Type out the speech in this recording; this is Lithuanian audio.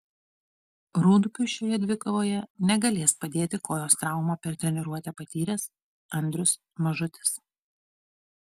rūdupiui šioje dvikovoje negalės padėti kojos traumą per treniruotę patyręs andrius mažutis